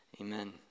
Amen